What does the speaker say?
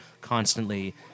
constantly